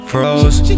Froze